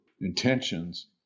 intentions